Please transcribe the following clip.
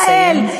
נא לסיים.